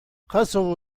خسروا